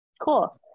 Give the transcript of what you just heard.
Cool